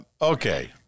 Okay